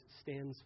stands